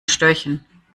störchen